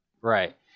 right